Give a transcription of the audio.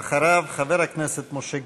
אחריו, חבר הכנסת משה גפני.